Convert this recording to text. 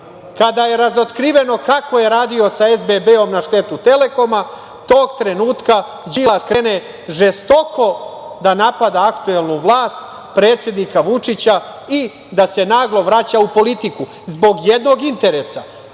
kada je razotkriveno kako je radio sa SBB na štetu Telekoma, tog trenutka Đilas krene žestoko da napada aktuelnu vlast, predsednika Vučića i da se naglo vraća u politiku, zbog jednog interesa. Prvi